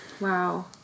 Wow